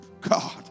God